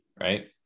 right